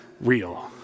real